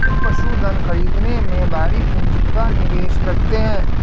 पशुधन खरीदने में भारी पूँजी का निवेश करते हैं